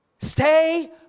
Stay